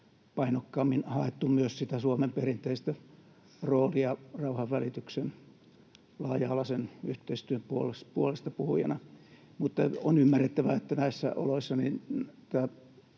painokkaammin haettu myös Suomen perinteistä roolia rauhanvälityksen ja laaja-alaisen yhteistyön puolestapuhujana, mutta on ymmärrettävää, että näissä oloissa